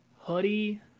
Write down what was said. hoodie